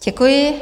Děkuji.